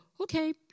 okay